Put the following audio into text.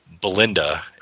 Belinda